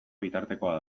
bitartekoa